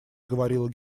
говорила